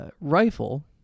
rifle